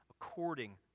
according